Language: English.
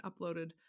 uploaded